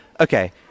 Okay